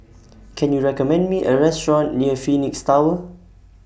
Can YOU recommend Me A Restaurant near Phoenix Tower